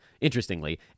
interestingly